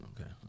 Okay